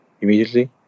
immediately